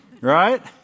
Right